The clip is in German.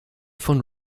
von